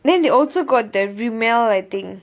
then they also got the Rimmel I think